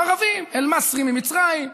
ערבים, אל-מצרי ממצרים.